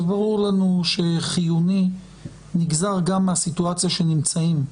ברור לנו שחיוני נגזר גם מהסיטואציה שנמצאים.